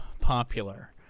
popular